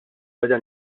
beda